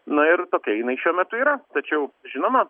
na ir tokia jinai šiuo metu yra tačiau žinoma